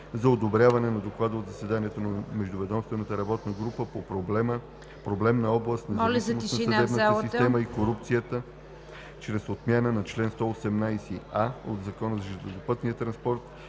за одобряване на Доклад от заседание на Междуведомствената работна група по проблемна област „Независимост на съдебната система и корупцията“. Чрез отмяна на чл. 118а от Закона за железопътния транспорт